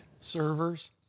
servers